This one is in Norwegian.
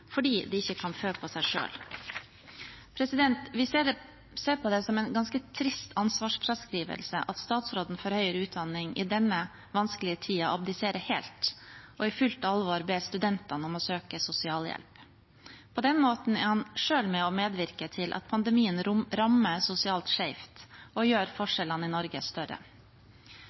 fordi de ikke kan fø på seg selv. Vi ser på det som en ganske trist ansvarsfraskrivelse at statsråden for høyere utdanning i denne vanskelige tiden abdiserer helt, og i fullt alvor ber studentene om å søke sosialhjelp. På den måten er han selv med på å medvirke til at pandemien rammer sosialt skjevt og gjør forskjellene i Norge større.